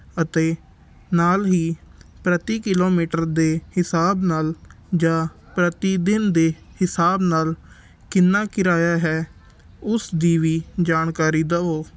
ਅਤੇ ਨਾਲ ਹੀ ਪ੍ਰਤੀ ਕਿਲੋਮੀਟਰ ਦੇ ਹਿਸਾਬ ਨਾਲ ਜਾਂ ਪ੍ਰਤੀ ਦਿਨ ਦੇ ਹਿਸਾਬ ਨਾਲ ਕਿੰਨਾ ਕਿਰਾਇਆ ਹੈ ਉਸ ਦੀ ਵੀ ਜਾਣਕਾਰੀ ਦਿਓ